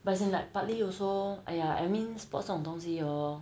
but as in like partly also !aiya! I mean sports 这种东西 oh